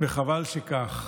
וחבל שכך.